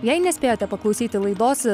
jei nespėjote paklausyti laidos